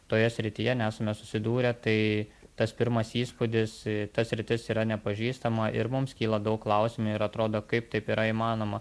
toje srityje nesame susidūrę tai tas pirmas įspūdis ta sritis yra nepažįstama ir mums kyla daug klausimų ir atrodo kaip taip yra įmanoma